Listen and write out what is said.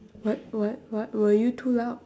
what what what were you too loud